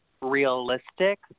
realistic